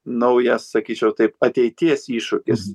naujas sakyčiau taip ateities iššūkis